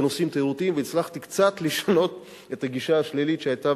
בנושאים תיירותיים והצלחתי קצת לשנות את הגישה השלילית שהיתה